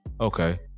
Okay